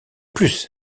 plus